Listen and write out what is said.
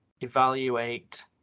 evaluate